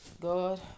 God